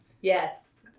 Yes